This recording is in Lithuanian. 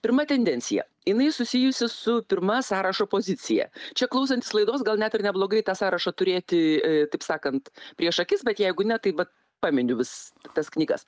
pirma tendencija jinai susijusi su pirma sąrašo pozicija čia klausantis laidos gal net ir neblogai tą sąrašą turėti taip sakant prieš akis bet jeigu ne tai vat paminiu vis tas knygas